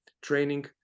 training